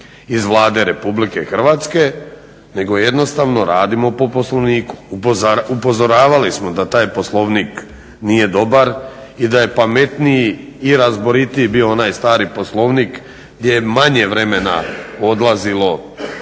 iz Vlade RH nego jednostavno radimo po Poslovniku. Upozoravali smo da taj Poslovnik nije dobar i da je pametniji i razboritiji bio onaj stari Poslovnik gdje je manje vremena odlazilo